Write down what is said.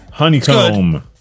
Honeycomb